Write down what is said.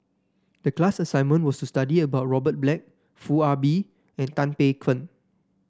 the class assignment was to study about Robert Black Foo Ah Bee and Tan Paey Fern